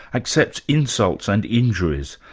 accepts insults and injuries.